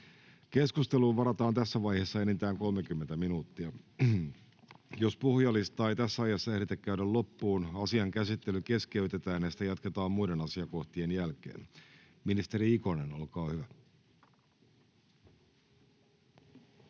Keskusteluun varataan tässä vaiheessa enintään 30 minuuttia. Jos puhujalistaa ei tässä ajassa käydä loppuun, asian käsittely keskeytetään ja sitä jatketaan muiden asiakohtien jälkeen. — Keskustelu alkaa.